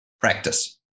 Practice